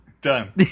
Done